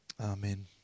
Amen